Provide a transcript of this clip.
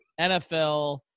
NFL